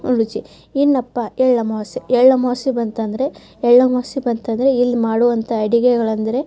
ರುಚಿ ಏನಪ್ಪಾ ಎಳ್ಳಮವಾಸ್ಯೆ ಎಳ್ಳಮವಾಸ್ಯೆ ಬಂತೆಂದರೆ ಎಳ್ಳಮವಾಸ್ಯೆ ಬಂತೆಂದರೆ ಇಲ್ಲಿ ಮಾಡುವಂಥ ಅಡುಗೆಗಳು ಅಂದರೆ